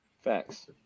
Facts